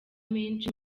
menshi